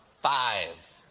five.